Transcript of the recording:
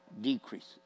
decreases